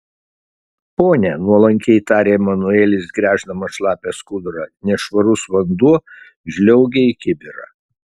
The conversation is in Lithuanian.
pone nuolankiai tarė manuelis gręždamas šlapią skudurą nešvarus vanduo žliaugė į kibirą